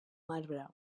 marbre